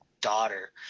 daughter